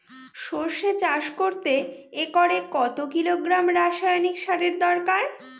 সরষে চাষ করতে একরে কত কিলোগ্রাম রাসায়নি সারের দরকার?